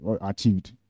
achieved